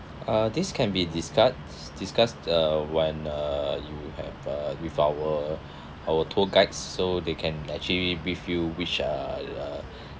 uh this can be discussed discussed uh when uh you have uh with our our tour guides so they can actually brief you which uh